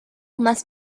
must